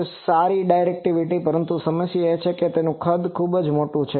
તેમાં સારી ડાયરેક્ટિવિટી છે પરંતુ સમસ્યા એ છે કે તેનું કદ ખૂબ મોટું છે